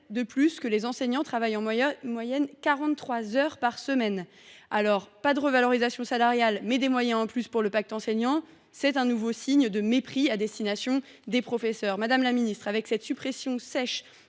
De plus, les enseignants travaillent en moyenne 43 heures par semaine. Pas de revalorisation salariale, mais des moyens en plus pour le pacte Enseignant : c’est un nouveau signe de mépris à destination des professeurs. Madame la ministre, avec cette suppression sèche